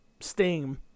Steam